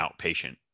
outpatient